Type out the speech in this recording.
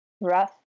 rough